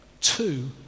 Two